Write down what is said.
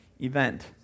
event